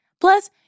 Plus